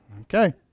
Okay